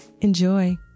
Enjoy